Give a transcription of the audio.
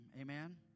amen